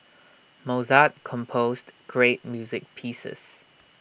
Mozart composed great music pieces